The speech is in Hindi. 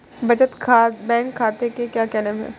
बचत बैंक खाते के क्या क्या नियम हैं?